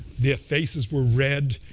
their faces were red.